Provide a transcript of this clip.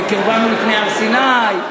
וקירבנו לפני הר-סיני,